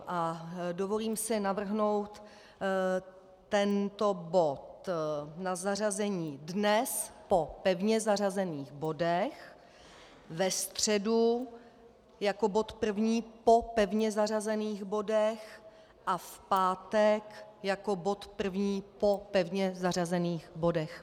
A dovolím si navrhnout tento bod na zařazení dnes po pevně zařazených bodech, ve středu jako bod první po pevně zařazených bodech a v pátek jako bod první po pevně zařazených bodech.